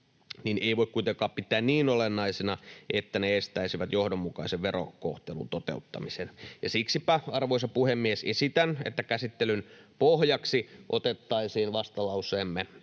ei voi kuitenkaan pitää niin olennaisena, että ne estäisivät johdonmukaisen verokohtelun toteuttamisen. Siksipä, arvoisa puhemies, esitän, että käsittelyn pohjaksi otettaisiin vastalauseemme